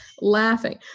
laughing